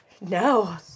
No